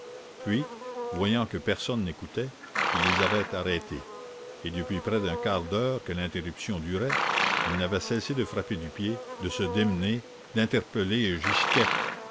puis voyant que personne n'écoutait il les avait arrêtés et depuis près d'un quart d'heure que l'interruption durait il n'avait cessé de frapper du pied de se démener d'interpeller